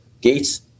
gates